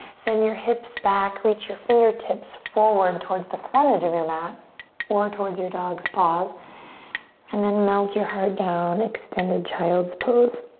send your hips back, reach your fingertips forward towards the front edge of your mat or towards your dog's paws and then melt your heart down, extended child's pose.